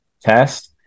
test